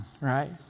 right